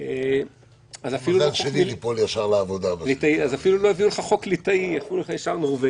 אבל לפעמים המושג הזה של לעשות סדר נשמע